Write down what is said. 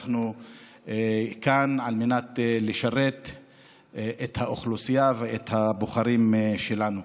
אנחנו כאן על מנת לשרת את האוכלוסייה ואת הבוחרים שלנו.